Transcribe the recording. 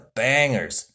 bangers